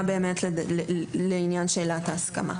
הרעיון היה לעניין שאלת ההסכמה.